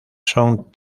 son